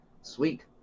sweet